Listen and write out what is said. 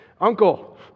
Uncle